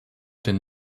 denn